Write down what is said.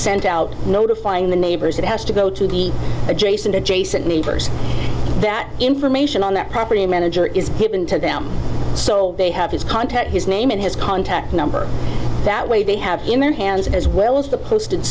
sent out notifying the neighbors it has to go to the adjacent adjacent neighbors that information on their property manager is given to them so they have his contact his name and his contact number that way they have in their hands as well as the posted